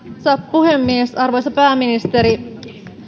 puhemies arvoisa pääministeri